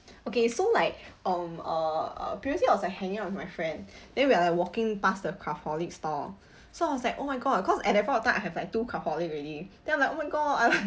okay so like um uh uh previously I was like hanging out with my friend then we are like walking past the craftholic store so I was like oh my god cause at that point of time I have like two craftholic already then I'm like oh my god